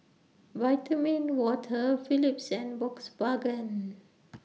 Vitamin Water Philips and Volkswagen